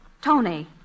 Tony